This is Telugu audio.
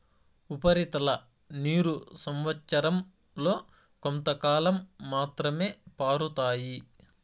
ఉపరితల నీరు సంవచ్చరం లో కొంతకాలం మాత్రమే పారుతాయి